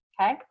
Okay